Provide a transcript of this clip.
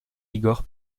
igor